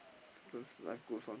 sometimes life goes on